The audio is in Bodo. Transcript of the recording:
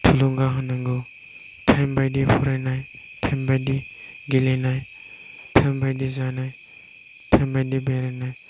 थुलुंगा होनांगौ टाइम बायदि फरायनाय टाइम बायदि गेलेनाय टाइम बायदि जानाय टाइम बायदि बेरायनाय